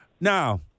Now